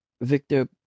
Victor